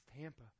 Tampa